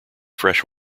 fresh